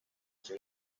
gen